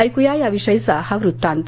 ऐकूया याविषयीचा हा वृत्तांत